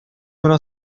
una